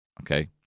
Okay